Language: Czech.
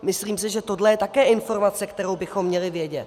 Myslím si, že tohle je také informace, kterou bychom měli vědět.